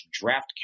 draft